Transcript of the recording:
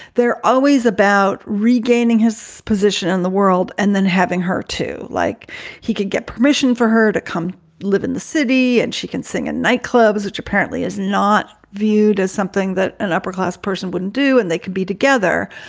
they're always about regaining his position in the world and then having her to like he can get permission for her to come live in the city and she can sing in nightclubs, which apparently is not viewed as something that an upper-class person wouldn't do. and they could be together,